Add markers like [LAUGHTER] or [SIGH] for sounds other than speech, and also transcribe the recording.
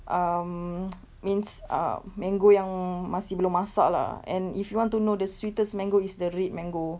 um [NOISE] means uh mango yang masih belum masak lah and if you want to know the sweetest mango is the red mango